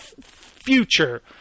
future